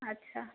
ଆଚ୍ଛା